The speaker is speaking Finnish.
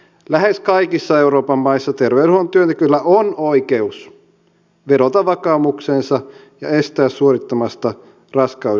lähes kaikissa euroopan maissa terveydenhuollon työntekijöillä on oikeus vedota vakaumukseensa ja kieltäytyä suorittamasta raskaudenkeskeytystä